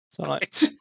Right